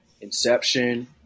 Inception